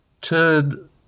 turn